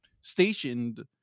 stationed